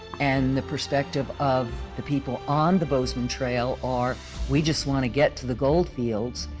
and the perspective of the people on the bozeman trail are we just want to get to the gold fields,